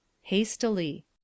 Hastily